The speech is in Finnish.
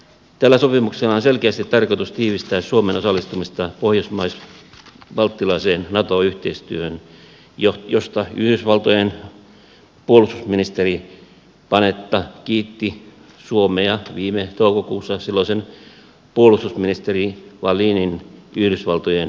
tällä sopimuksella on selkeästi tarkoitus tiivistää suomen osallistumista pohjoismais balttilaiseen nato yhteistyöhön josta yhdysvaltojen puolustusministeri panetta kiitti suomea viime toukokuussa silloisen puolustusministeri wallinin yhdysvaltojen vierailulla